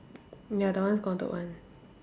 ya that one is counted one